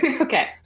Okay